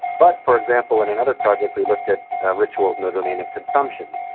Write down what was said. but, for example, in another project we looked at ritual in the domain of consumption,